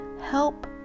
help